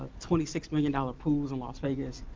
twenty six million dollars pools in las vegas,